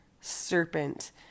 serpent